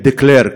את דה-קלרק,